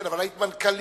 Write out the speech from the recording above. כן, אבל היית מנכ"לית.